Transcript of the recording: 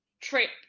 trip